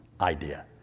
idea